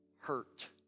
hurt